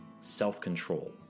self-control